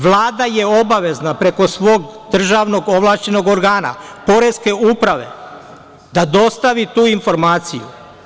Vlada je obavezna preko svog državnog ovlašćenog organa, poreske uprave, da dostavi tu informaciju.